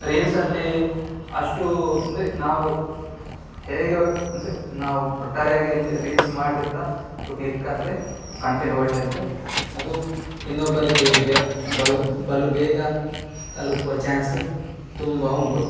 ರೀಲ್ಸಲ್ಲಿ ಅಷ್ಟು ಅಂದರೆ ನಾವು ಹೇಗೆ ಅಂದರೆ ನಾವು ಒಟ್ಟಾರೆಯಾಗಿ ರೀಲ್ಸ್ ಮಾಡದೆ ಕೂಡ ಅದು ಕ್ಲಿಕ್ಕಾದರೆ ಕಂಟೆಂಟ್ ಒಳ್ಳೆ ಇದ್ರೆ ಅದು ಇನ್ನೊಬ್ಬರಿಗೆ ಬಲು ಬೇಗ ತಲುಪುವ ಚಾನ್ಸು ತುಂಬ ಉಂಟು